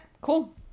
cool